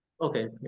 okay